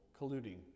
colluding